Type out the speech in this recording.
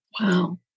wow